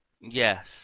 Yes